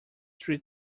three